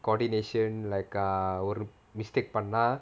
coordination like ஒரு:oru mistake பண்ணுனா:pannunaa